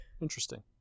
Interesting